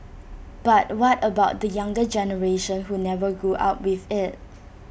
but what about the younger generation who never grew up with IT